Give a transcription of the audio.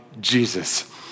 Jesus